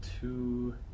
two